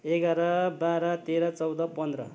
एघार बाह्र तेह्र चौध पन्ध्र